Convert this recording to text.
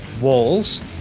walls